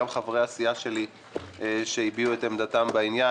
כולל חברי הסיעה שלי שהביעו את עמדתם בעניין,